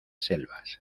selvas